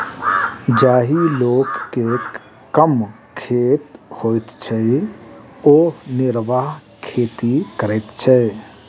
जाहि लोक के कम खेत होइत छै ओ निर्वाह खेती करैत छै